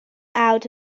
out